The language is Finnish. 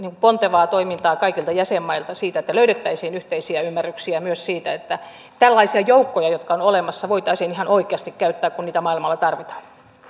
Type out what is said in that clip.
pontevaa toimintaa kaikilta jäsenmailta siinä että löydettäisiin yhteisiä ymmärryksiä myös siitä että tällaisia joukkoja jotka ovat olemassa voitaisiin ihan oikeasti käyttää kun niitä maailmalla tarvitaan